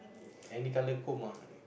any colour comb ah